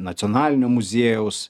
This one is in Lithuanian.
nacionalinio muziejaus